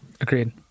agreed